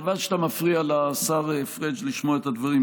חבל שאתה מפריע לשר פריג' לשמוע את הדברים.